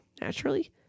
naturally